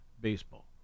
baseball